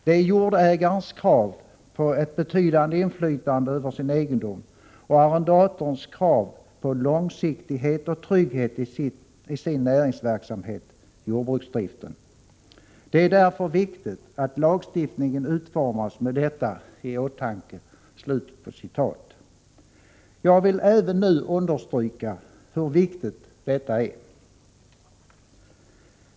Det är jordägarens krav på ett betydande inflytande över sin egendom och arrendatorns krav på långsiktighet och trygghet i sin näringsverksamhet, jordbruksdriften. Det är därför viktigt att lagstiftningen utformas med detta i åtanke.” Jag vill även nu understryka hur viktigt detta är.